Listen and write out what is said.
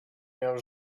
miał